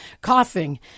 coughing